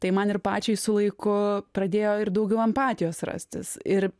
tai man ir pačiai su laiku pradėjo ir daugiau empatijos rastis ir